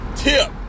Tip